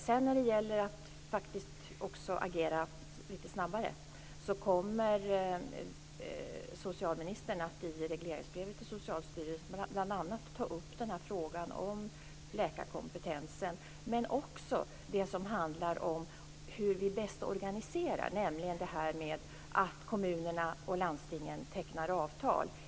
När det sedan gäller att agera lite snabbare kommer socialministern i regleringsbrevet till Socialstyrelsen att ta upp frågan om läkarkompetensen, men också detta med hur vi organiserar bäst, dvs. att kommunerna och landstingen tecknar avtal.